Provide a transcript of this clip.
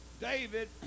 David